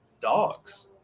dogs